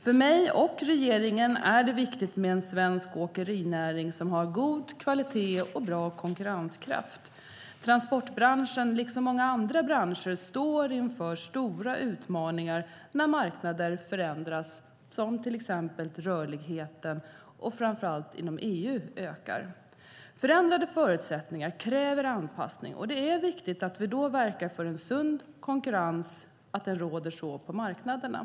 För mig och regeringen är det viktigt med en svensk åkerinäring som har god kvalitet och bra konkurrenskraft. Transportbranschen, liksom många andra branscher, står inför stora utmaningar när marknader förändras, till exempel när rörligheten - framför allt rörligheten inom EU - ökar. Förändrade förutsättningar kräver anpassning, och det är viktigt att vi då verkar för att sund konkurrens råder på marknaderna.